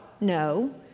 No